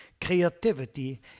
creativity